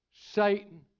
Satan